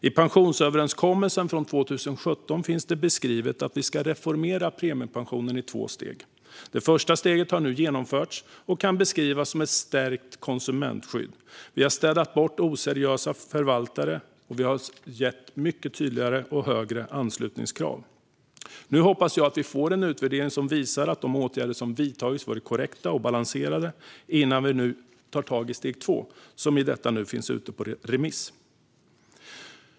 I pensionsöverenskommelsen från 2017 finns beskrivet att vi ska reformera premiepensionen i två steg. Det första steget har nu genomförts och kan beskrivas som ett stärkt konsumentskydd. Vi har städat bort oseriösa förvaltare och ställt tydligare och högre anslutningskrav. Nu hoppas jag att vi får en utvärdering som visar att de åtgärder som vidtagits varit korrekta och balanserade innan vi går vidare med steg 2, som i detta nu är ute på remiss.